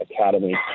Academy